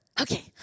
Okay